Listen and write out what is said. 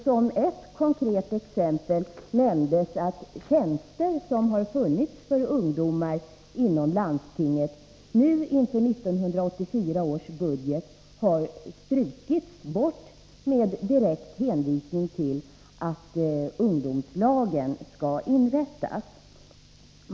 Som ett konkret sådant nämndes att tjänster för ungdomar som har funnits inom landstinget i Stockholm inför 1984 års budget har strukits med direkt hänvisning till att ungdomslag skall inrättas.